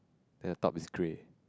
then the top is grey